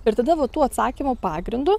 ir tada va tų atsakymų pagrindu